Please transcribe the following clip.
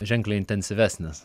ženkliai intensyvesnės